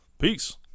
Peace